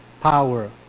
power